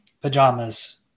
pajamas